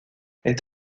est